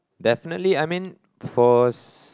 definitely I mean for